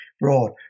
broad